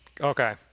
Okay